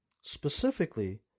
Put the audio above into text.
specifically